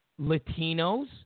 Latinos